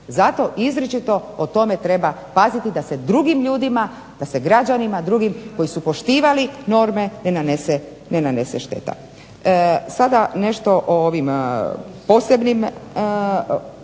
Zato izričito o tome treba paziti da se drugim građanima koji su poštivali norme ne nanese šteta. Sada nešto o ovim posebnim odredbama.